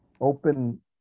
open